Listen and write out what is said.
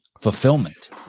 fulfillment